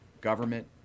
government